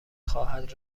خواهد